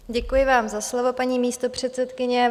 Děkuji vám za slovo, paní místopředsedkyně.